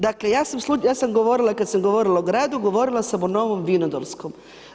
Dakle, ja sam govorila kad sam govorila o gradu, govorila sam o Novom Vinodolskom.